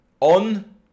on